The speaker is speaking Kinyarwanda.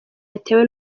yatewe